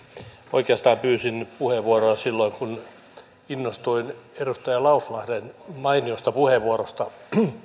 oikeastaan pyysin puheenvuoroa silloin kun innostuin edustaja lauslahden mainiosta puheenvuorosta